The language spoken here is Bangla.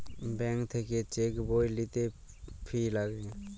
ব্যাঙ্ক থাক্যে চেক বই লিতে ফি লাগে